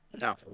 No